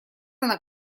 она